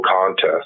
contest